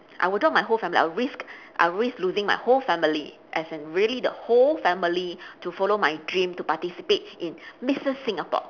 I would drop my whole family I would risk I would risk losing my whole family as in really the whole family to follow my dream to participate in missus singapore